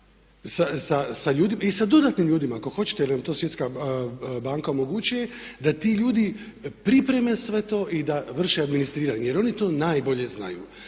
i sa dodatnim ljudima ako hoćete jer nam to Svjetska banka omogućuje da ti ljudi pripreme sve to i da vrše administriranje. Jer oni to najbolje znaju.